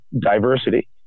diversity